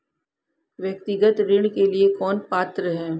व्यक्तिगत ऋण के लिए कौन पात्र है?